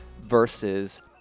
versus